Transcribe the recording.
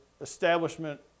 establishment